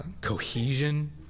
cohesion